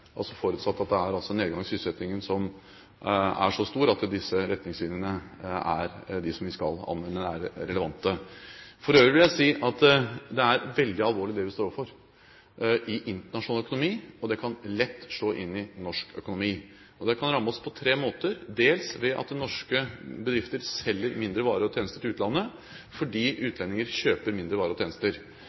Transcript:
forutsatt at nedgangen i sysselsettingen er så stor at de retningslinjene vi skal anvende, er relevante. For øvrig vil jeg si at det er veldig alvorlig det vi står overfor i internasjonal økonomi, og det kan lett slå inn i norsk økonomi. Det kan ramme oss på tre måter, dels ved at norske bedrifter selger mindre varer og tjenester til utlandet fordi utlendinger kjøper færre varer og tjenester.